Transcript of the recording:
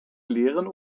lehren